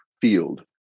field